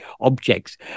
objects